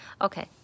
okay